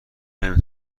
نمی